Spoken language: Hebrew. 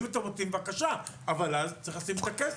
אם אתה רוצים, בבקשה, אבל אז צריך לשים את הכסף.